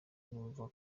numva